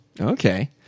Okay